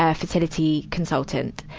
ah fertility consultant.